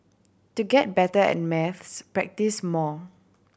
to get better at maths practise more